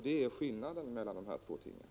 Detta är skillnaden mellan de här två tingen.